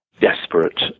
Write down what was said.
Desperate